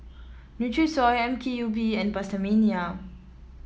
Nutrisoy M K U P and PastaMania